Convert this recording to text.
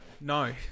no